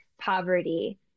poverty